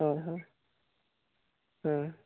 ᱦᱳᱭ ᱦᱳᱭ